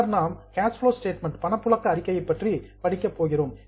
பின்னர் நாம் cash flow statement பணப்புழக்க அறிக்கையை பற்றி படிக்கப் போகிறோம்